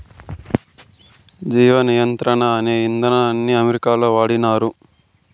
జీవ నియంత్రణ అనే ఇదానాన్ని అమెరికాలో వాడినారు